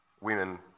women